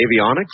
avionics